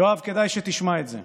יואב, כדאי שתשמע את זה,